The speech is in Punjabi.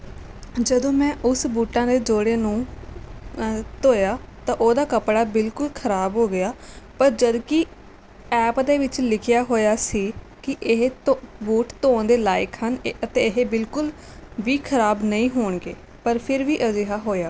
ਜਦੋਂ ਮੈਂ ਉਸ ਬੂਟਾਂ ਦੇ ਜੋੜੇ ਨੂੰ ਧੋਇਆ ਤਾਂ ਉਹਦਾ ਕੱਪੜਾ ਬਿਲਕੁਲ ਖ਼ਰਾਬ ਹੋ ਗਿਆ ਪਰ ਜਦੋਂ ਕਿ ਐਪ ਦੇ ਵਿੱਚ ਲਿਖਿਆ ਹੋਇਆ ਸੀ ਕਿ ਇਹ ਧੋ ਬੂਟ ਧੋਣ ਦੇ ਲਾਇਕ ਹਨ ਅਤੇ ਇਹ ਬਿਲਕੁਲ ਵੀ ਖ਼ਰਾਬ ਨਹੀਂ ਹੋਣਗੇ ਪਰ ਫਿਰ ਵੀ ਅਜਿਹਾ ਹੋਇਆ